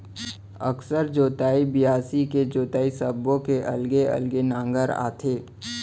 अकरस जोतई, बियासी के जोतई सब्बो के अलगे अलगे नांगर आथे